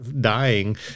dying